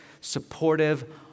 supportive